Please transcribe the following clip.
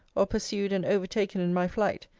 or pursued and overtaken in my flight,